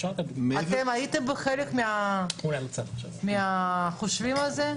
אתם הייתם בחלק מהחשיבה על זה?